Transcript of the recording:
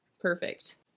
Perfect